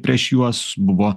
prieš juos buvo